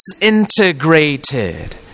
disintegrated